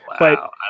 Wow